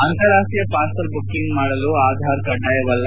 ಅಂತಾರಾಷ್ಷೀಯ parcel booking ಮಾಡಲು ಆಧಾರ್ ಕಡ್ಡಾಯವಲ್ಲ